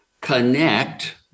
connect